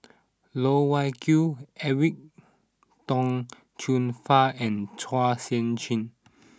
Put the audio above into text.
Loh Wai Kiew Edwin Tong Chun Fai and Chua Sian Chin